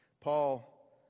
Paul